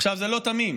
עכשיו, זה לא תמים.